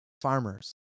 Farmers